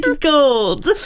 gold